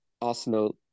Arsenal